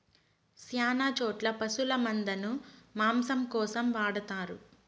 శ్యాన చోట్ల పశుల మందను మాంసం కోసం వాడతారు